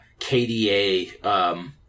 KDA